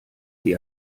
sie